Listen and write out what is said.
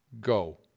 go